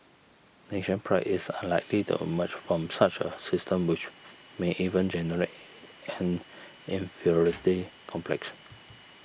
nation pride is unlikely to emerge from such a system which may even generate an inferiority complex